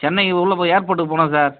சென்னை உள்ளே போய் ஏர்போட்டுக்கு போகணும் சார்